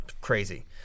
Crazy